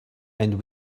and